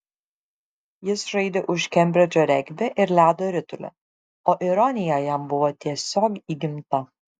jis žaidė už kembridžą regbį ir ledo ritulį o ironija jam buvo tiesiog įgimta